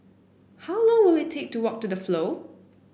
how long will it take to walk to The Flow